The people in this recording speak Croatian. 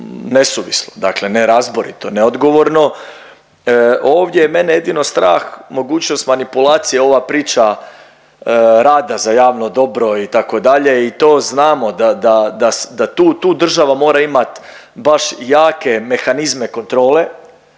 nesuvislo, dakle nerazborito, neodgovorno. Ovdje je mene jedino strah mogućnost manipulacije, ova priča rada za javno dobro itd. i to znamo da tu, tu država mora imati baš jake mehanizme kontrole